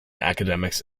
academics